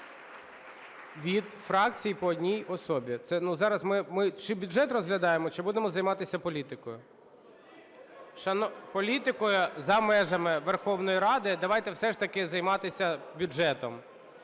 Від фракцій по одній особі. Це, ну, зараз ми чи бюджет розглядаємо, чи будемо займатися політикою. Політикою за межами Верховної Ради. Давайте все ж таки займатися бюджетом.